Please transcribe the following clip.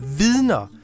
vidner